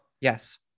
Yes